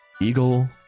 eagle